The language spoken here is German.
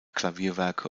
klavierwerke